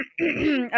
Okay